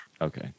Okay